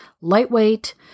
lightweight